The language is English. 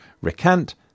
recant